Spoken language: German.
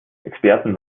experten